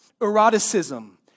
eroticism